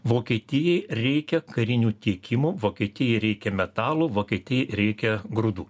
vokietijai reikia karinių tiekimų vokietijai reikia metalo vokietijai reikia grūdų